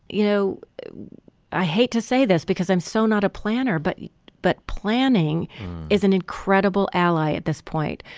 you know i hate to say this because i'm so not a planner but but planning is an incredible ally at this point.